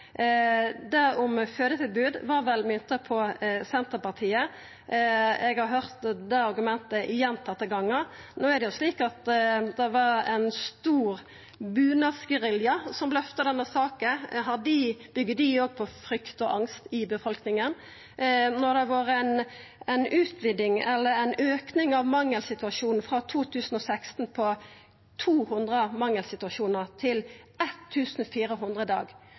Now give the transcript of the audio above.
Det om fødetilbod var vel mynta på Senterpartiet. Eg har høyrt det argumentet gjentatte gongar. No er det slik at det var ein stor bunadsgerilja som løfta denne saka. Byggjer dei òg på frykt og angst i befolkninga? Når det har vore ein auke frå 200 mangelsituasjonar i 2016 til 1 400 i dag, da tenkjer folk sjølv. Det vert faktisk omtalt i